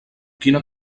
quina